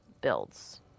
Builds